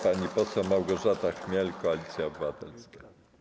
Pani poseł Małgorzata Chmiel, Koalicja Obywatelska.